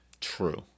True